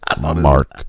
Mark